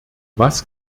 was